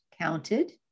counted